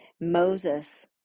Moses